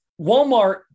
Walmart